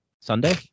Sunday